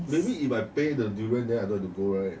maybe if I pay the durian then I don't have to go right